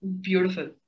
beautiful